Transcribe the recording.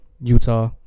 Utah